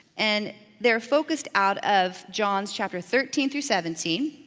and they're focused out of john's chapter thirteen through seventeen,